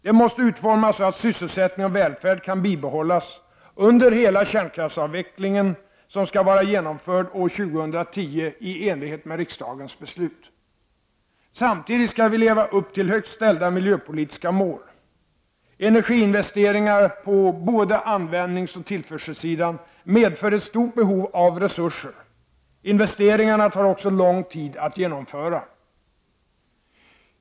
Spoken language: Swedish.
Det måste utformas så att sysselsättning och välfärd kan bibehållas under hela kärnkraftsavvecklingen, som skall vara genomförd år 2010 i enlighet med riksdagens beslut. Samtidigt skall vi leva upp till högt ställda miljöpolitiska mål. Energiinvesteringar på både användningsoch tillförselsidan medför ett stort behov av resurser. Investeringarna tar också lång till att genomföra.